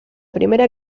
primera